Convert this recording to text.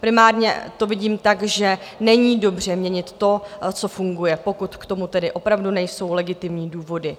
Primárně to vidím tak, že není dobře měnit to, co funguje, pokud k tomu opravdu nejsou legitimní důvody.